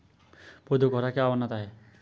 पौधों को हरा क्या बनाता है?